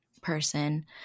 person